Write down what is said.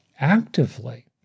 actively